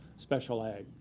special ag.